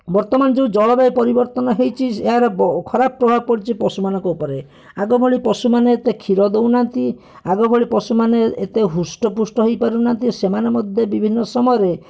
ବର୍ତ୍ତମାନ ଯେଉଁ ଜଳବାୟୁ ପରିବର୍ତ୍ତନ ହୋଇଛି ଏହାର ଖରାପ ପ୍ରଭାବ ପଡ଼ିଛି ପଶୁମାନଙ୍କ ଉପରେ ଆଗଭଳି ପଶୁମାନେ ଏତେ କ୍ଷୀର ଦେଉନାହାନ୍ତି ଆଗଭଳି ପଶୁମାନେ ଏତେ ହୃଷ୍ଟପୃଷ୍ଟ ହୋଇପାରୁନାହାନ୍ତି ସେମାନେ ମଧ୍ୟ ବିଭିନ୍ନ ସମୟରେ